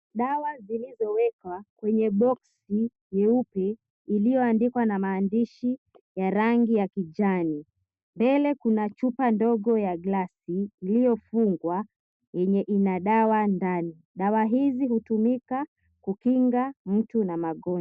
Dawa zilizowekwa kwenye boksi nyeupe iliyoandikwa na maandishi ya rangi ya kijani. Mbele kuna chupa ndogo ya glasi iliyofungwa yenye ina dawa ndani. Dawa hizi hutumika kukinga mtu na magonjwa.